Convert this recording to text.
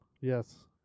Yes